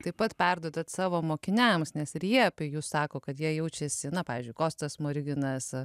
taip pat perduodat savo mokiniams nes ir jie apie jus sako kad jie jaučiasi na pavyzdžiui kostas smoriginas